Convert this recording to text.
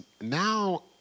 Now